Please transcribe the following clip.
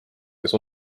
kes